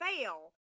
fail